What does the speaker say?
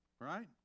Right